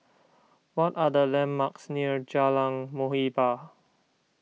what are the landmarks near Jalan Muhibbah